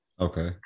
Okay